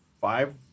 five